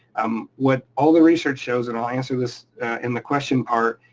um what all the research shows, and i'll answer this in the question part,